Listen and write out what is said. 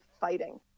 fighting